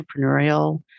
entrepreneurial